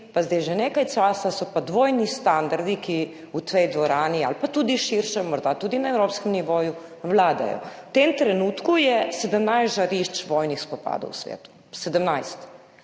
pa zdaj že nekaj časa, so pa dvojni standardi, ki v tej dvorani ali pa tudi širše, morda tudi na evropskem nivoju vladajo. V tem trenutku je 17 žarišč vojnih spopadov v svetu. 17.